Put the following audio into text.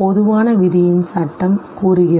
பொதுவான விதியின் சட்டம் கூறுகிறது